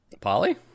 polly